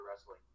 wrestling